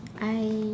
I